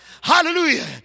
Hallelujah